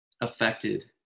affected